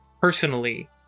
personally